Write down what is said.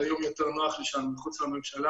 היום יותר נוח לי שאני מחוץ לממשלה,